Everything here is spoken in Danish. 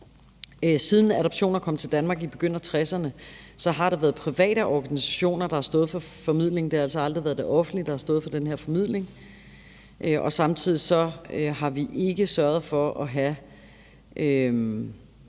Siden adoptioner kom til Danmark i begyndelsen af 1960'erne, har der været private organisationer, der har stået for formidling. Det har altså aldrig været det offentlige, der har stået for den her formidling, og samtidig har vi ikke sørget for at have